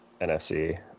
NFC